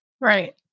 Right